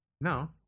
No